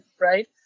Right